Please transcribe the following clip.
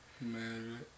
Man